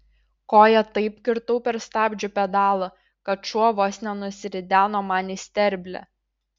koja taip kirtau per stabdžių pedalą kad šuo vos nenusirideno man į sterblę